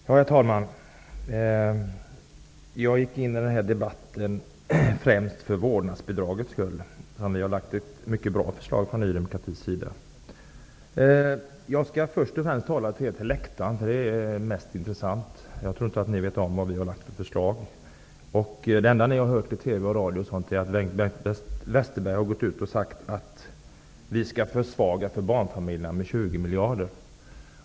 Herr talman! Jag gick in i denna debatt främst med anledning av det som sagts om vårdnadsbidraget. Ny demokrati har lagt fram ett mycket bra förslag. Jag skall först och främst tala till er på läktaren, för det är mest intressant. Jag tror inte att ni vet vad vi har lagt fram för förslag. Det enda ni har hört i t.ex. TV och radio är att Bengt Westerberg har sagt att Ny demokrati vill försvaga för barnfamiljerna med 20 miljarder kronor.